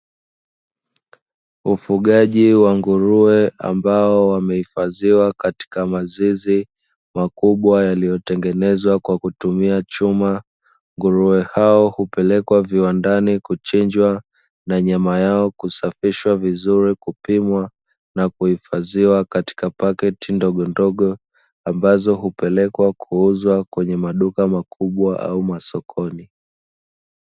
Ufugaji wa nguruwe ambao wamehifadhiwa katika mazizi makubwa yaliyo tengenezwa kwa kutumia chuma, nguruwe hao hupelekwa viwandani kuchinjwa na nyama yao kusafishwa vizuri, kupimwa na kuhifadhiwa katika paketi ndogondogo ambazo hupelekwa kuuzwa kwenye maduka makubwa au masokoni.